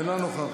אינה נוכחת.